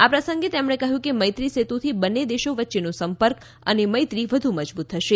આ પ્રસંગે તેમણે કહ્યું કે મૈત્રી સેતુથી બંન્ને દેશો વચ્ચેનો સંપર્ક અને મૈત્રી વધુ મજબૂત થશે